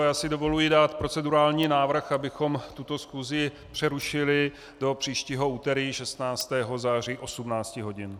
Já si dovoluji dát procedurální návrh, abychom tuto schůzi přerušili do příštího úterý 16. září do 18 hodin.